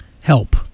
Help